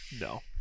no